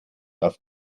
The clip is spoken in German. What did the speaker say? auf